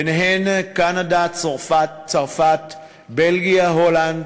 וביניהן קנדה, צרפת, בלגיה, הולנד,